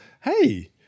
hey